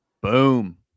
Boom